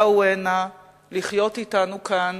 באו הנה לחיות אתנו כאן